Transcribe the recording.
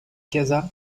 caza